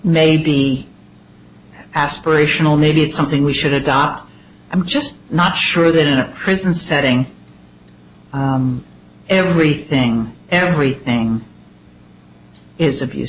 may be aspirational maybe it's something we should adopt i'm just not sure that in a prison setting everything everything is abuse